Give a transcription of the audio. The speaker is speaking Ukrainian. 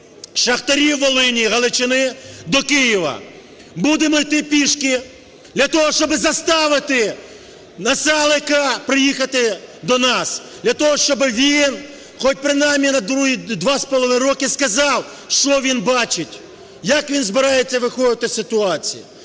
шахтарів Волині і Галичини до Києва. Будемо йти пішки для того, щоб заставити Насалика приїхати до нас, для того, щоб він, хоч принаймні за 2,5 роки сказав, що він бачить, як він збирається виходити з ситуації.